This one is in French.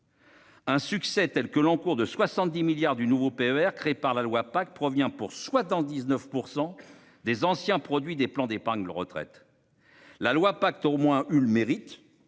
Un succès tels que l'encours de 70 milliards du nouveau PER créé par la loi pacte provient pour soi dans 19% des anciens produits des plans d'épargne retraite. La loi pacte au moins eu le mérite